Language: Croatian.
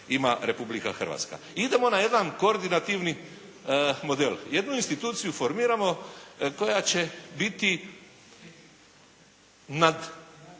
ima Republika Hrvatska. Idemo na jedan koordinativni model. Jednu instituciju formiramo koja će biti nad